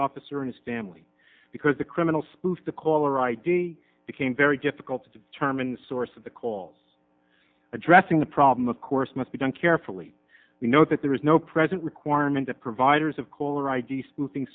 officer or his family because the criminal spoof the caller id became very difficult to determine the source of the calls addressing the problem of course must be done carefully we know that there is no present requirement that providers of caller id spoofing